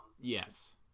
Yes